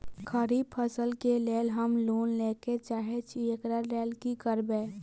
खरीफ फसल केँ लेल हम लोन लैके चाहै छी एकरा लेल की करबै?